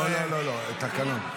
לא לא לא, התקנון.